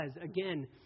again